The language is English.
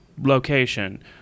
location